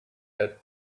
had